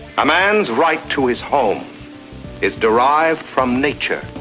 a man's right to his home is derived from nature.